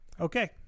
okay